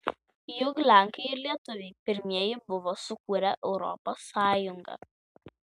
juk lenkai ir lietuviai pirmieji buvo sukūrę europos sąjungą